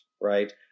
Right